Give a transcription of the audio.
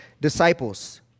disciples